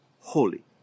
holy